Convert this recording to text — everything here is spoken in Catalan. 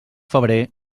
febrer